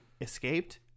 escaped